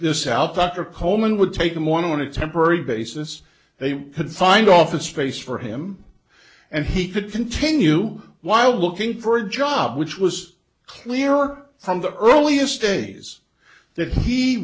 this out dr coleman would take them on a temporary basis they could find office space for him and he could continue while looking for a job which was clear from the earliest days that he